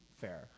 Fair